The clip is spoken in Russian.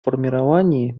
формировании